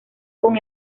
con